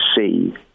see